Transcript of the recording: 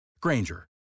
Granger